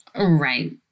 Right